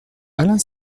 alain